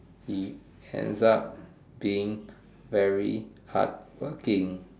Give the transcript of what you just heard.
he ends up being very hardworking